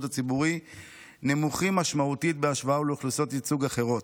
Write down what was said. הציבורי נמוך משמעותית בהשוואה לאוכלוסיות ייצוג אחרות.